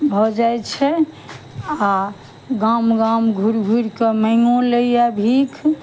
भऽ जाइ छै आ गाम गाम घुरि घुरि कऽ मांगिओ लैया भीख